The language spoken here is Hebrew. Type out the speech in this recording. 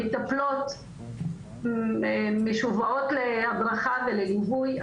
המטפלות משוועות להדרכה ולליווי.